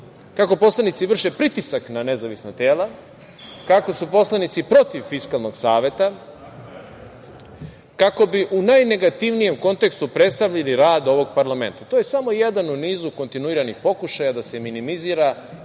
kako poslanici vrše pritisak na nezavisna tela, kako su poslanici protiv Fiskalnog saveta kako bi u najnegativnijem kontekstu predstavili rad ovog parlamenta. To je samo jedan u niz kontinuiranih pokušaja da se minimizira